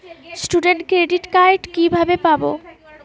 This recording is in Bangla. স্টুডেন্ট ক্রেডিট কার্ড কিভাবে পাব?